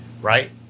right